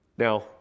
Now